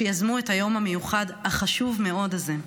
שיזמו את היום המיוחד החשוב מאוד הזה.